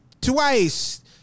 twice